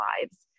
lives